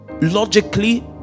logically